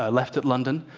ah left at london